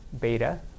beta